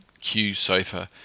QSOFA